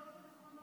שלמה,